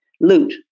loot